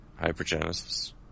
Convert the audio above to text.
Hypergenesis